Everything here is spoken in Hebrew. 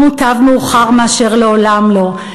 ומוטב מאוחר מאשר לעולם לא.